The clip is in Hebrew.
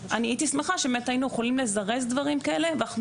אני הייתי שמחה שבאמת היינו יכולים לזרז דברים כאלה ואנחנו